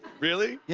really? yeah